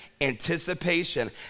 anticipation